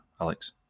Alex